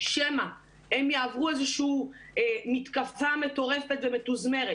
שמא הם יעברו איזושהי מתקפה מטורפת ומתוזמרת